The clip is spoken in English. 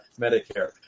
medicare